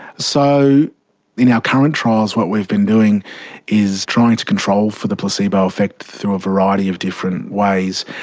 so in our current trials what we've been doing is trying to control for the placebo effect through a variety of different ways,